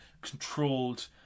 controlled